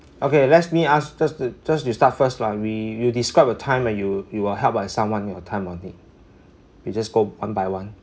okay let me ask just to just you start first lah we you describe a time when you you were helped by someone in your time of need we just go one by one